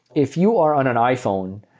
if you are on an iphone,